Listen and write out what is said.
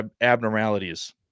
abnormalities